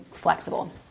flexible